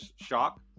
shock